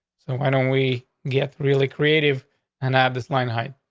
why don't we get really creative and i have this line height.